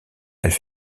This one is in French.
elle